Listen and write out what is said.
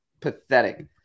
pathetic